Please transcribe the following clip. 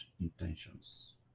intentions